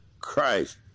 Christ